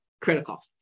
critical